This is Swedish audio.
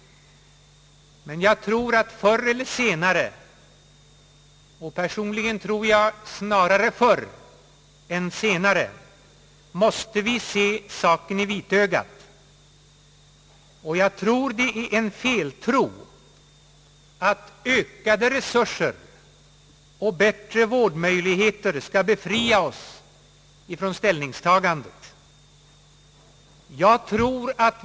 Men förr eller senare — personligen tror jag snarare förr än senare — måste vi se saken i vitögat. Det är en feltro att ökade resurser och bättre vårdmöjligheter skall befria oss från ställningstagandet.